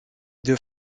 deux